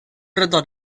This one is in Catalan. retorn